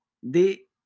de